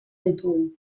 ditugu